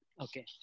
Okay